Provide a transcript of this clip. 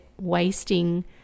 wasting